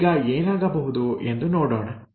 ಈಗ ಏನಾಗಬಹುದು ಎಂದು ನೋಡೋಣ